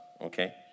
okay